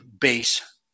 base